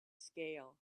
scale